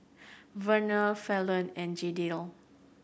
Vernal Falon and Jadiel